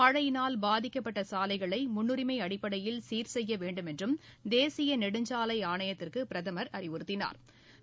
மழையினால் பாதிக்கப்பட்ட சாலைகளை முன்னுரிமை அடிப்படையில் சீர் செய்ய வேண்டும் என்றும் தேசிய நெடுஞ்சாலை ஆணையத்திற்கு பிரதமா் அறிவுறுத்தினாா்